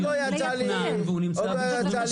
------ הוא מתוכנן והוא נמצא ב --- ולנת"ע.